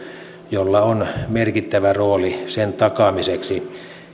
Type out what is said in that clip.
jolla on merkittävä rooli sen takaamiseksi